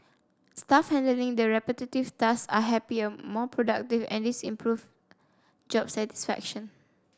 staff handling the repetitive tasks are happier more productive and this improve job satisfaction